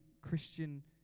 Christian